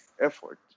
effort